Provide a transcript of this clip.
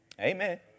Amen